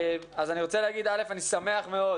אני רוצה לומר שאני שמח מאוד